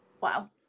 wow